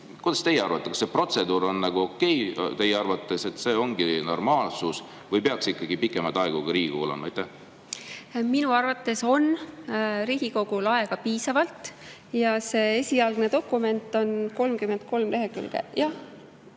Kuidas teie arvate, kas see protseduur on okei? Kas see ongi normaalsus või peaks ikkagi pikema aja Riigikogule andma? Minu arvates on Riigikogul aega piisavalt. See esialgne dokument on 33 lehekülge,